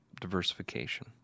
diversification